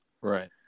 Right